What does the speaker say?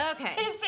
Okay